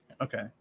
okay